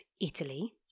Italy